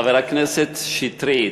חבר הכנסת שטרית,